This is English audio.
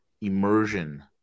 immersion